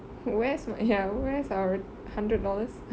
where's my ya where's our hundred dollars